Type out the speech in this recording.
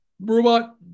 robot